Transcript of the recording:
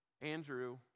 Andrew